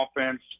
offense